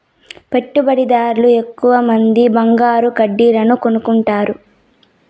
పెట్టుబడిదార్లు ఎక్కువమంది బంగారు కడ్డీలను కొనుక్కుంటారు